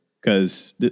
Cause